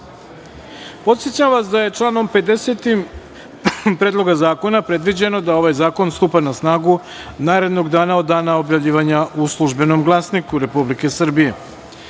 amandman. Podsećam vas da je članom 50. Predloga zakona predviđeno da ovaj zakon stupa na snagu narednog dana od dana objavljivanja u „Službenom glasniku Republike Srbije“.Prema